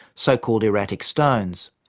so called erratic stones.